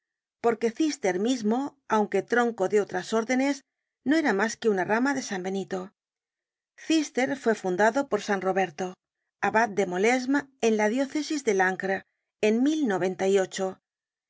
porque cister mismo aunque tronco de otras órdenes no era mas que una rama de san benito cister fue fundado'por san roberto abad de molesme en la diócesis de langres en